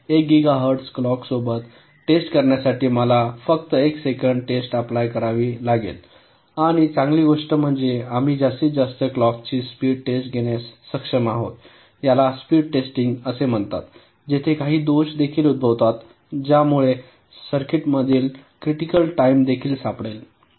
तर१ gigahertz clock सोबत test करण्यासाठी मला फक्त एक सेकंड टेस्ट अप्लाय करावी लागेल आणि चांगली गोष्ट म्हणजे आम्ही जास्तीत जास्त क्लॉक ची स्पीड टेस्ट घेण्यास सक्षम आहोत याला स्पीड टेस्टिंग असे म्हणतात जेथे काही दोष देखील उद्भवतात ज्यामुळे सर्किटमधील क्रिटिकल टाइम देखील सापडेल